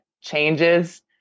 changes